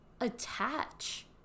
attach